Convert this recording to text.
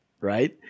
right